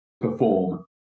perform